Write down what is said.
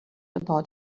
about